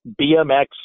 BMX